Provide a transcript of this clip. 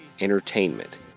entertainment